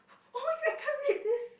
oh my god I can't read this